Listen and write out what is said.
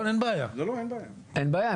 אין בעיה,